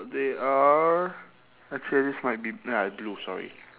they are I change might be ah blue sorry